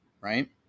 right